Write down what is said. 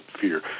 fear